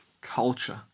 culture